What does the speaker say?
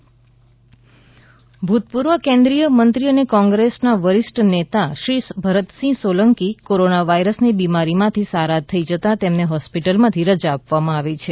Bharatsinh Solanki discharge ભૂતપૂર્વ કેન્દ્રીય મંત્રી અને કોંગ્રેસના વરિષ્ઠ નેતા શ્રી ભરતસિંહ સોલંકી કોરોના વાયરસની બીમારીમાંથી સારા થઇ જતા તેમને હોસ્પિટલમાંથી રજા આપવામાં આવી છે